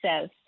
says